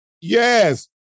Yes